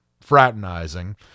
fraternizing